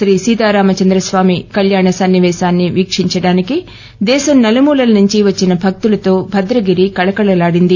శ్రీ సీతారామచంద్రస్వామి కళ్యాణ సన్నిపేశాన్ని వీక్షించడానికి దేశం నుమూ నుంచి వచ్చిన భక్తుతో భద్రగిరి కళకళలాడిరది